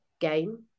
game